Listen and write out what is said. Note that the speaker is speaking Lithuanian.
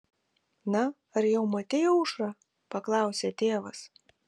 na ar jau matei aušrą paklausė tėvas